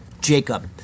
Jacob